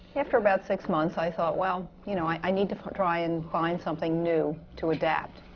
after about six months, i thought, well, you know, i need to try and find something new to adapt.